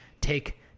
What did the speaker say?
take